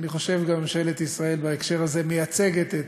אני חושב שגם, ממשלת ישראל בהקשר הזה מייצגת את